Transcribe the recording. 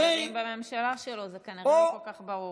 כי הם חשובים בממשלה שלו, זה כנראה לא כל כך ברור.